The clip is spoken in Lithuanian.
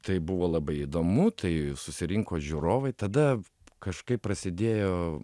tai buvo labai įdomu tai susirinko žiūrovai tada kažkaip prasidėjo